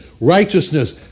righteousness